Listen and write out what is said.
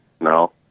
no